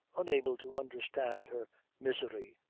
unable to understand her misery,